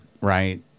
right